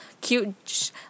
cute